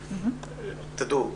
תדעו,